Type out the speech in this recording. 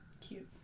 Cute